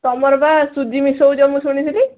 ତମର ପରା ସୁଜି ମିଶଉଛ ମୁଁ ଶୁଣିଥିଲି